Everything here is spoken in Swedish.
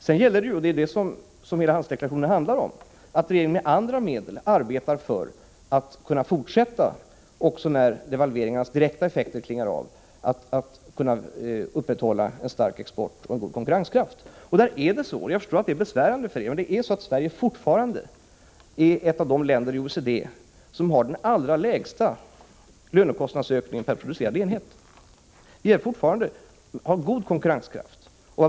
Sedan gäller det förstås — och det är vad hela handelsdeklarationen handlar om — att regeringen med andra medel arbetar för att kunna upprätthålla en stark export och en god konkurrenskraft också när devalveringarnas direkta effekter klingar av. Där är det så — och jag förstår att det är besvärande för er — att Sverige fortfarande är ett av de länder i OECD som har den allra lägsta lönekostnadsökningen per producerad enhet. Vi har fortfarande god konkurrenskraft.